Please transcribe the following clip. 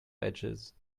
edges